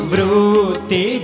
Vruti